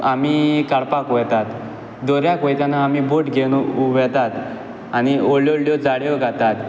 आमी काडपाक वेतात दोरयाक वयताना आमी बोट घेवन वेतात आनी व्होडल्यो व्होडल्यो जाळयो घालतात